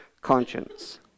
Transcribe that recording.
conscience